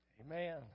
Amen